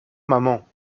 maman